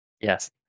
yes